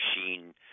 machine